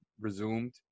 resumed